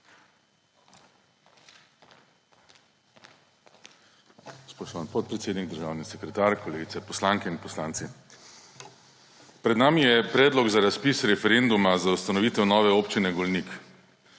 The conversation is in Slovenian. Spoštovani podpredsednik, državni sekretar, kolegice poslanke in kolegi poslanci! Pred nami je predlog za razpis referenduma za ustanovitev nove Občine Golnik.